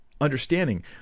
understanding